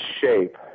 shape